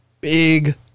big